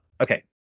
Okay